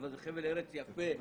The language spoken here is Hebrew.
זה חבל ארץ יפה,